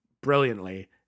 brilliantly